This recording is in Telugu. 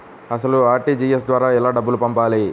అసలు అర్.టీ.జీ.ఎస్ ద్వారా ఎలా డబ్బులు పంపాలి?